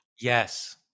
yes